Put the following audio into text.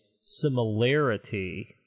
similarity